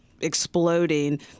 exploding